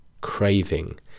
craving